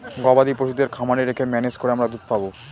গবাদি পশুদের খামারে রেখে ম্যানেজ করে আমরা দুধ পাবো